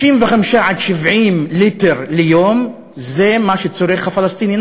65 70 ליטר ליום, זה מה שצורך הפלסטיני.